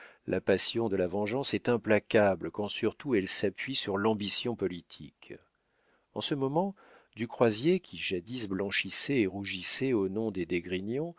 la passion de la vengeance est implacable quand surtout elle s'appuie sur l'ambition politique en ce moment du croisier qui jadis blanchissait et rougissait au nom des d'esgrignon